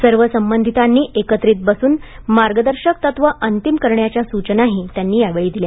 सर्व संबंधितांनी एकत्रित बसून मार्गदर्शक तत्व अंतिम करण्याच्या सूचनाही त्यांनी यावेळी दिल्या